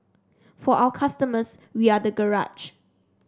for our customers we are the garage